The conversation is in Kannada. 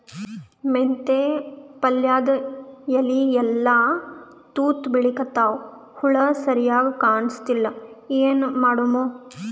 ಮೆಂತೆ ಪಲ್ಯಾದ ಎಲಿ ಎಲ್ಲಾ ತೂತ ಬಿಳಿಕತ್ತಾವ, ಹುಳ ಸರಿಗ ಕಾಣಸ್ತಿಲ್ಲ, ಏನ ಮಾಡಮು?